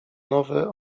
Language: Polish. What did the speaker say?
nowe